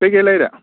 ꯀꯔꯤ ꯀꯔꯤ ꯂꯩꯔꯦ